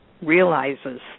realizes